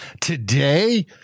Today